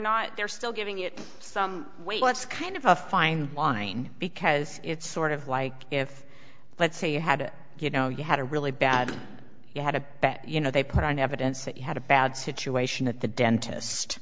not they're still giving it some weight what's kind of a fine line because it's sort of like if let's say you had a good no you had a really bad you had a bet you know they put on evidence that you had a bad situation at the dentist